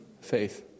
faith